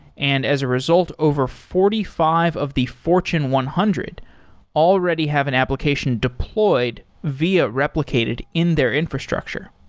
and as a result, over forty five of the fortune one hundred already have an application deployed via replicated in their infrastructure.